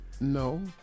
No